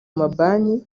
mabanki